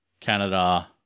Canada